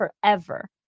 forever